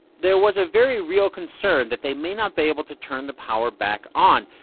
there was a very real concern that they may not be able to turn the power back on.